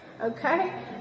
Okay